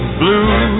blue